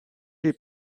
les